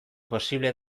posible